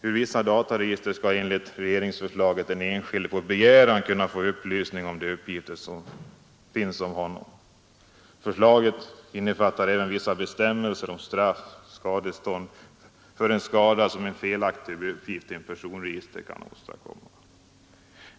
Ur vissa dataregister skall enligt regeringsförslaget den enskilde på begäran kunna få upplysning om de uppgifter som där finns om honom. Förslaget innefattar även vissa bestämmelser om straff och skadestånd för den skada en felaktig uppgift i ett personregister kan åstadkomma.